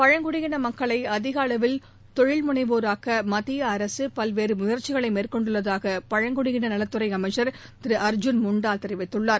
பழங்குடியின மக்களை அதிக அளவில் தொழில்முனைவோராக்க மத்திய அரசு பல்வேறு முயற்சிகளை மேற்கொண்டுள்ளதாக பழங்குடியின நலத்துறை அமைச்சர் திரு அர்ஜூன் முண்டா தெரிவித்துள்ளார்